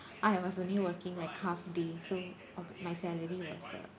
I was only working like half day so o~ my salary was uh